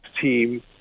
team